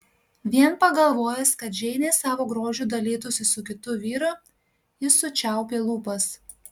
vien pagalvojęs kad džeinė savo grožiu dalytųsi su kitu vyru jis sučiaupė lūpas